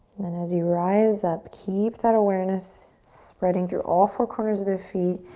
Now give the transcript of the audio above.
then as you rise up, keep that awareness spreading through all four corners of the feet.